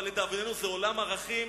אבל לדאבוננו זה עולם ערכים